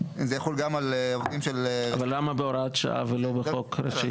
זה יחול גם על עובדים -- אבל למה בהוראת שעה ולא בחוק ראשי?